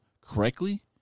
correctly